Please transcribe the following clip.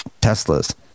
Tesla's